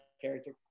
character